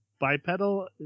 bipedal